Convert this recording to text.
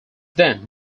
then